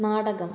നാടകം